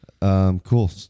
Cool